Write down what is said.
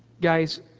guys